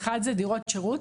אחד זה דירות שירות.